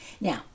Now